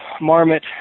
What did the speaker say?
Marmot